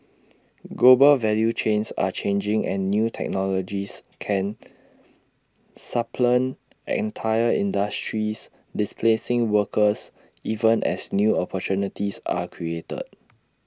global value chains are changing and new technologies can supplant entire industries displacing workers even as new opportunities are created